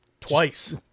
Twice